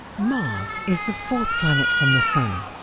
mars is the fourth planet from the sun.